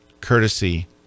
courtesy